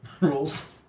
rules